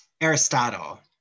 Aristotle